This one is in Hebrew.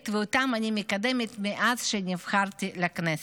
ואותם אני מקדמת מאז שנבחרתי לכנסת,